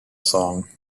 song